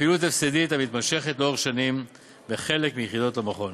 בפעילות הפסדית המתמשכת לאורך שנים בחלק מיחידות המכון.